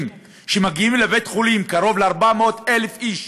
שמגיעים לבית-חולים קרוב ל-400,000 איש